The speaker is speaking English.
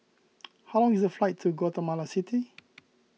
how long is the flight to Guatemala City